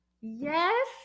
Yes